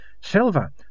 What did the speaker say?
Silver